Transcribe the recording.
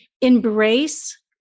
embrace